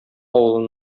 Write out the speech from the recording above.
авылын